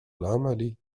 العمل